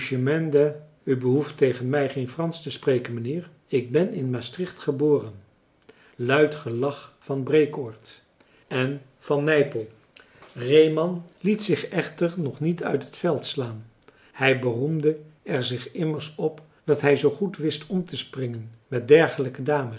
behoeft tegen mij geen fransch te spreken mijnheer ik ben in maastricht geboren luid gelach van breekoord en van nypel reeman liet zich echter nog niet uit het veld slaan hij beroemde er zich immers op dat hij zoo goed wist omtespringen met dergelijke dames